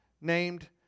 named